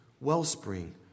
wellspring